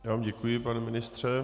Já vám děkuji, pane ministře.